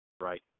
Right